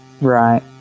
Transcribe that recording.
Right